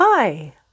Hi